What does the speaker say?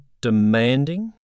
demanding